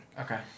Okay